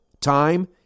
Time